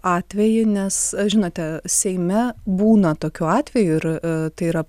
atvejį nes aš žinote seime būna tokiu atveju ir tai yra